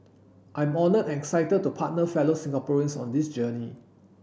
I am honoured and excited to partner fellow Singaporeans on this journey